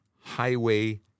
highway